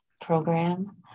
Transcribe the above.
program